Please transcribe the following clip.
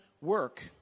work